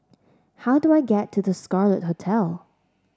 how do I get to The Scarlet Hotel